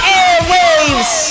airwaves